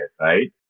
right